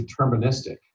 deterministic